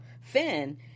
Finn